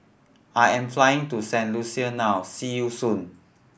I am flying to Saint Lucia now see you soon